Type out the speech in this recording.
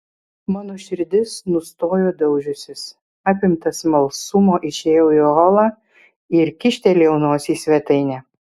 mano širdis nustojo daužiusis apimtas smalsumo išėjau į holą ir kyštelėjau nosį į svetainę